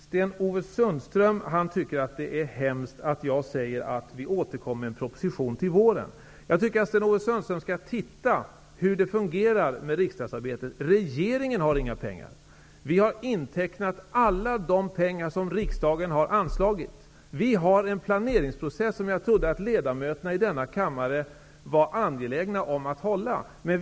Sten-Ove Sundström tycker att det är hemskt att jag säger att vi skall återkomma med en proposition till våren. Jag tycker att Sten-Ove Sundström skall studera hur riksdagsarbetet fungerar. Regeringen har inga pengar. Vi har intecknat alla de pengar som riksdagen har anslagit. Vi har en planeringsprocess som jag trodde att ledamöterna i denna kammare var angelägna om att upprätthålla.